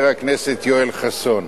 הכנסת יואל חסון.